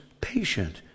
patient